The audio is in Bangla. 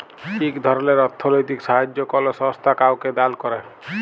ইক ধরলের অথ্থলৈতিক সাহাইয্য কল সংস্থা কাউকে দাল ক্যরে